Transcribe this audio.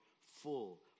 full